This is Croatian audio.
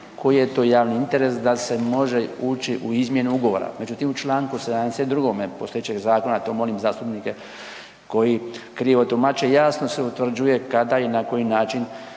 koji je to javni interes da se može ući u izmjenu ugovora. Međutim, u Članku 72. postojećeg zakona to molim zastupnike koji krivo tumače jasno se utvrđuje kada i na koji način